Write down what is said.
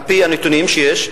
על-פי הנתונים שיש,